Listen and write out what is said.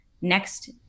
next